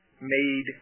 made